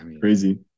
crazy